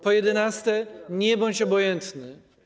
Po jedenaste, nie bądź obojętny.